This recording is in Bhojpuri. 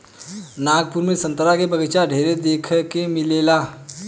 नागपुर में संतरा के बगाइचा ढेरे देखे के मिलेला